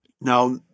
Now